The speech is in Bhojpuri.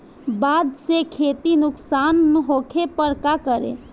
बाढ़ से खेती नुकसान होखे पर का करे?